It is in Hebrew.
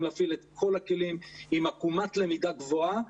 להפעיל את כל הכלים עם עקומת למידה גבוהה,